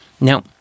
now